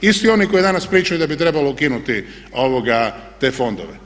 Isti oni koji danas pričaju da bi trebalo ukinuti te fondove.